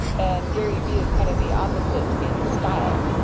and gary v is kinda the opposite in style,